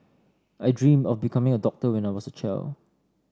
I dreamt of becoming a doctor when I was a child